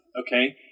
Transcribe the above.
okay